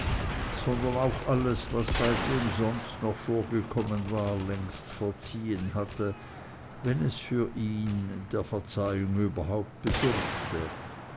sondern auch alles was seitdem sonst noch vorgekommen war längst verziehen hatte wenn es für ihn der verzeihung überhaupt bedurfte